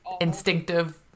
instinctive